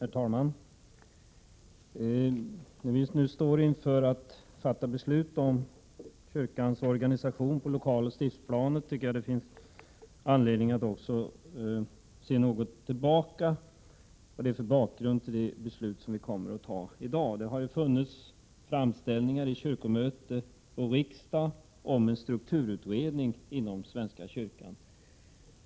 7 april 1988 Herr talman! När vi står inför att fatta beslut om kyrkans organisation på lokaloch stiftsplanet, tycker jag det finns anledning att också något se tillbaka för att få en bakgrund till det beslut som vi kommer att ta i dag. Det har länge funnits framställningar i kyrkomöte och riksdag om en strukturutredning inom svenska kyrkan.